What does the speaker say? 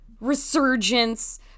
resurgence